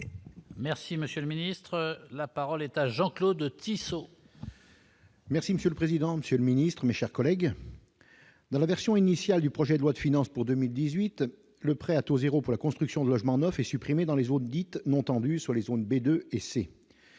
monsieur le ministre, la parole est à Jean Claude Tissot. Merci monsieur le président, Monsieur le Ministre, mes chers collègues, dans la version initiale du projet de loi de finances pour 2018 le prêt à taux 0 pour la construction de logements neufs et supprimé dans les zones dites non tendues sur les zones B2 et C,